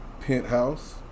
Penthouse